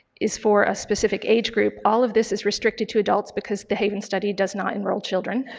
is for a specific age group. all of this is restricted to adults because the haven study does not enroll children.